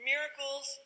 Miracles